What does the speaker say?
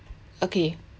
okay